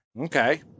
Okay